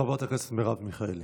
חברת הכנסת מרב מיכאלי.